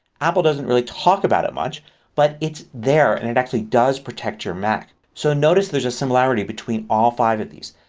apple doesn't really talk about it much but it's there. and it actually does protect your mac. so notice there's a similarity between all five of these